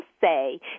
say